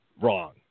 Wrong